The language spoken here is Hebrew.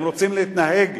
אם רוצים להתנהג,